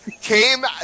came